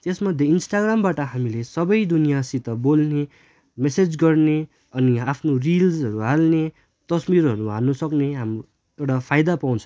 त्यसमध्ये इन्स्टाग्रामबाट हामीले सबै दुनियाँसित बोल्ने मेसेज गर्ने अनि आफ्नो रिल्सहरू हाल्ने तस्विरहरू हाल्नु सक्ने हाम्रो एउटा फाइदा पाउँछ